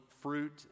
fruit